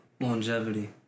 longevity